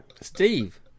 Steve